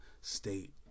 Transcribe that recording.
State